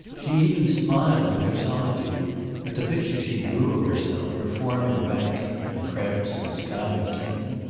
she even smiled in her solitude at the picture she drew of herself, reforming ratcliffe, and krebs, and schuyler clinton.